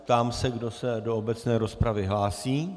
Ptám se, kdo se do obecné rozpravy hlásí.